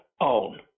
own